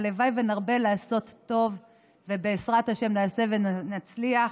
הלוואי שנרבה לעשות טוב ובעזרת השם נעשה ונצליח.